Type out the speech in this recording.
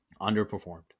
underperformed